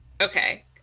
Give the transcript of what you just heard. Okay